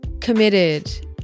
committed